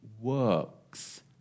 works